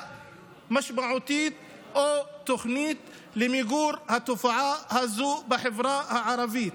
משמעותית או לתוכנית למיגור התופעה הזו בחברה הערבית.